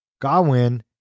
Gawain